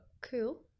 cool